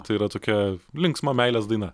tai yra tokia linksma meilės daina